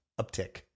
uptick